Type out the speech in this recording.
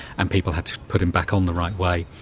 and people had to put him back on the right way.